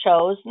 chose